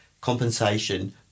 compensation